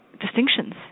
distinctions